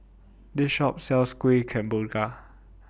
This Shop sells Kuih Kemboja